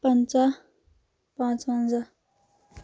پَنٛژاہ پانٛژھ وَنٛزاہ